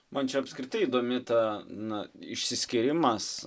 man čia apskritai įdomi ta na išsiskyrimas